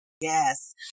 Yes